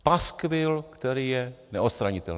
Paskvil, který je neodstranitelný.